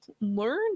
learn